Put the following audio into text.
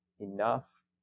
enough